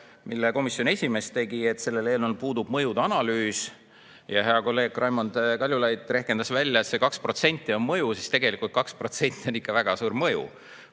mille komisjoni esimees tegi, et sellel eelnõul puudub mõjude analüüs. Hea kolleeg Raimond Kaljulaid rehkendas välja, et 2% on mõju. Tegelikult 2% on ikka väga suur mõju.